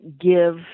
give